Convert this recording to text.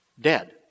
dead